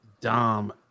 Dom